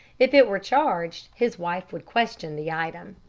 if it were charged, his wife would question the item.